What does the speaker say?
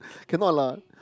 cannot lah